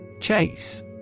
chase